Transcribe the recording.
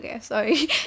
sorry